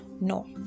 No